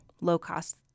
low-cost